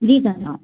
جی جناب